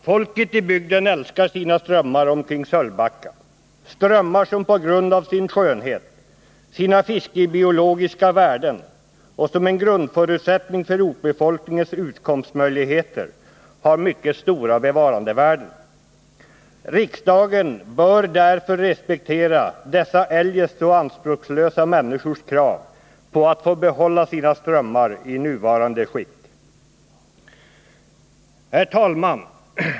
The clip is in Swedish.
Folket i bygden älskar sina strömmar omkring Sölvbacka — strömmar som på grund av sin skönhet och sina fiskebiologiska värden och som en grundförutsättning för ortsbefolkningens utkomstmöjligheter har mycket stora bevarandevärden. Riksdagen bör därför respektera dessa eljest så anspråkslösa människors krav på att få behålla sina strömmar i nuvarande skick. Herr talman!